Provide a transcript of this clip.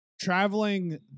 traveling